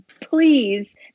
please